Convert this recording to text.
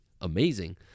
amazing